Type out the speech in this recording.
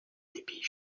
débit